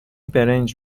برنج